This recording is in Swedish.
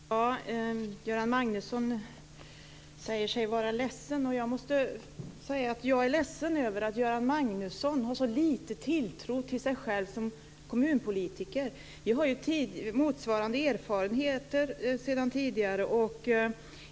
Fru talman! Göran Magnusson säger att han är ledsen. Jag är ledsen över att Göran Magnusson har så liten tilltro till sig själv som kommunpolitiker. Vi har motsvarande erfarenheter sedan tidigare.